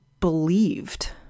believed